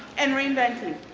and ring back